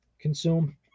consume